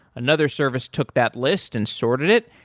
another service took that list and sorted it,